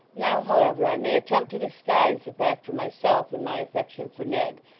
now, however i may attempt to disguise the fact from myself in my affection for ned,